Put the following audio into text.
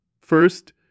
First